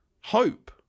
hope